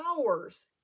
hours